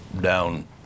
down